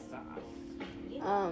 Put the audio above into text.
Sauce